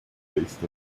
based